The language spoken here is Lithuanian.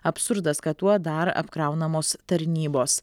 absurdas kad tuo dar apkraunamos tarnybos